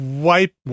Wipe